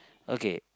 okay